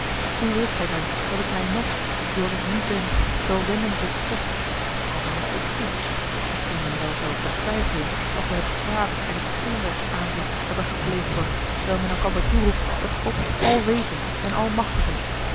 hoe wilt gij dan dat ik mij nog zooals ik nu ben zal wenden tot god als er een god is hetgeen men wel zou betwijfelen als men het kwaad en het onrecht aanziet dat er gepleegd wordt terwijl men elkander toeroept dat god alwetend en almachtig is